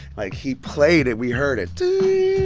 like, he played it. we heard it